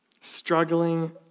struggling